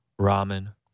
ramen